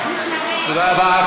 תודה רבה.